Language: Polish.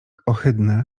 ohydne